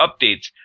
updates